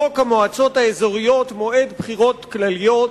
חוק המועצות האזוריות (מועד בחירות כלליות).